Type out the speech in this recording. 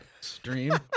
stream